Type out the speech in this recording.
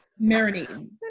Marinating